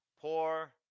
poor